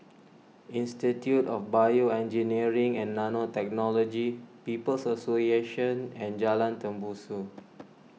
Institute of BioEngineering and Nanotechnology People's Association and Jalan Tembusu